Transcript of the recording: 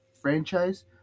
franchise